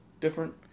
different